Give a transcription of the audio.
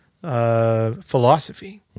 philosophy